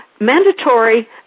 mandatory